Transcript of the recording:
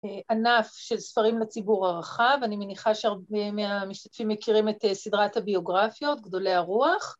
‫ענף של ספרים לציבור הרחב. ‫אני מניחה שהרבה מהמשתתפים ‫מכירים את סדרת הביוגרפיות, ‫גדולי הרוח.